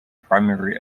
primary